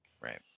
right